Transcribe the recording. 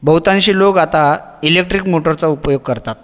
बहुतांशी लोक आता इलेक्ट्रीक मोटरचा उपयोग करतात